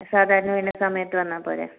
സാധാരണ വന്ന സമയത്ത് വന്നാൽ പോരെ